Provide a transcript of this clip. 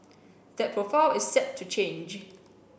that profile is set to change